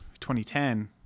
2010